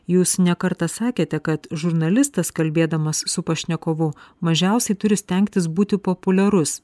jūs ne kartą sakėte kad žurnalistas kalbėdamas su pašnekovu mažiausiai turi stengtis būti populiarus